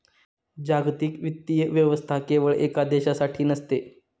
जागतिक वित्तीय व्यवस्था केवळ एका देशासाठी नसते